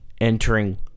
entering